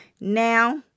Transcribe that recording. Now